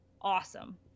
awesome